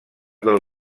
del